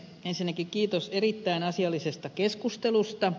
ensinnäkin kiitos erittäin asiallisesta keskustelusta